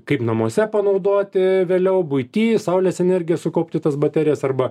kaip namuose panaudoti vėliau buity saulės energija sukaupti tas baterijas arba